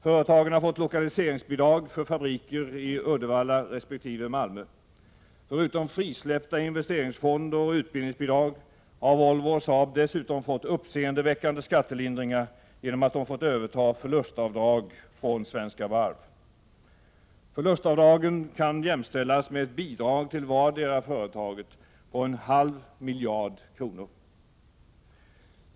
Företagen har fått lokaliseringsbidrag för fabriker i Malmö resp. Uddevalla. Förutom frisläppta investeringsfonder och utbildningsbidrag har Volvo och Saab dessutom fått uppseendeväckande skattelindringar genom att de fått överta förlustavdrag från Svenska Varv. Förlustavdragen kan jämställas med ett bidrag till vardera företaget på en halv miljard kronor.